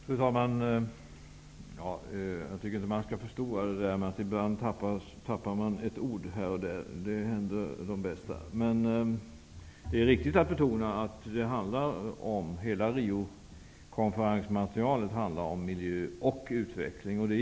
Fru talman! Jag tycker inte man skall göra alltför stor sak av det faktum att ett ord ibland tappas här och där. Det händer de bästa. Det är emellertid viktigt att betona att hela Riokonferensmaterialet handlar om miljö och utveckling.